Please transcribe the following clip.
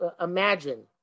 imagine